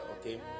okay